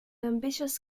ambitious